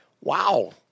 Wow